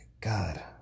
God